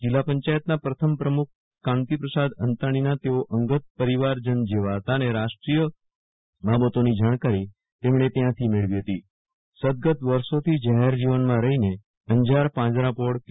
જીલ્લા પંચાયતના પ્રથમ પ્રમુખ ક્રાંતિપ્રસાદ અંતાણીના તેઓ અંગત પરિવારજન જેવા હતા અને રાષ્ટ્રીય બાબતોની જાણકારી તેમણે ત્યાંથી મેળવી હતી સદગત વર્ષોથી જાહેરજીવનમાં રહીને અંજાર પાંજરાપોળકે